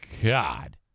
god